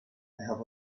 have